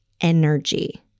energy